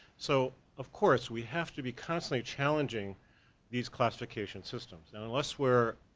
so, of course, we have to be constantly challenging these classification systems. and unless we're,